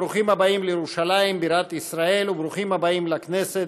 ברוכים הבאים לירושלים בירת ישראל וברוכים הבאים לכנסת,